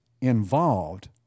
involved